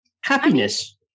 happiness